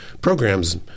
programs